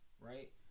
right